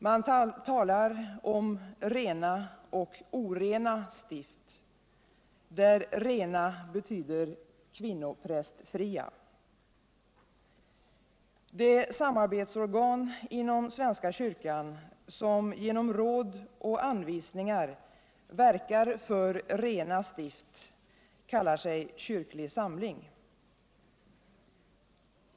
Man talar om rena och orena stift, där rena betyder kvinnoprästfria. Det samarbetsorgan inom svenska kyrkan som genom råd och anvisningar verkar för rena stift kallar sig Kyrklig samling.